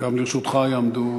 גם לרשותך יעמדו